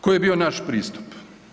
Koji je bio naš pristup?